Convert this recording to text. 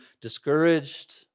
discouraged